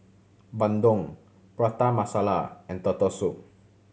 bandung Prata Masala and Turtle Soup